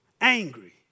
angry